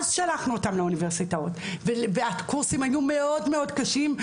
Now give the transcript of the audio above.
אז שלחנו אותם לאוניברסיטאות והקורסים היו מאוד מאוד קשים,